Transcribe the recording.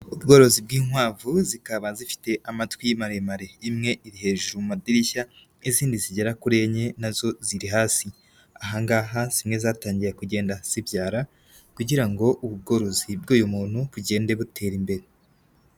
Ubworozi bw'inkwavu zikaba zifite amatwi maremare. imwe iri hejuru mu madirishya n'izindi zigera kuri enye nazo ziri hasi. Aha ngaha zimwe zatangiye kugenda zibyara kugira ngo ubu bworozi bw'uyu muntu bugende butera imbere.